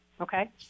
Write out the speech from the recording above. okay